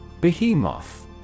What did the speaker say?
Behemoth